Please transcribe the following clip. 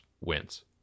wins